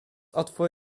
otwór